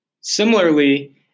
Similarly